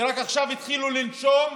שרק עכשיו התחילו לנשום,